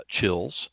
chills